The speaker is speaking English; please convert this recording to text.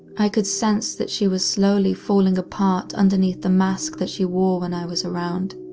i could sense that she was slowly falling apart underneath the mask that she wore when i was around.